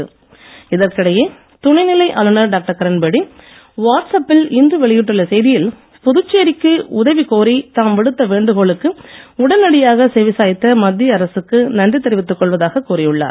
பேடி நன்றி இதற்கிடையே துணை நிலை ஆளுநர் டாக்டர் கிரண்பேடி வாட்ஸ் அப்பில் இன்று வெளியிட்டுள்ள செய்தியில் புதுச்சேரிக்கு உதவி கோரி தாம் விடுத்த வேண்டுகோளுக்கு உடனடியாக செவி சாய்த்த மத்திய அரசுக்கு நன்றி தெரிவித்துக் கொள்வதாக கூறி உள்ளார்